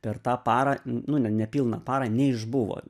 per tą parą nu nepilną parą neišbuvo